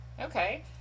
okay